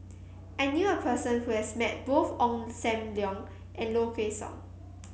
i knew a person who has met both Ong Sam Leong and Low Kway Song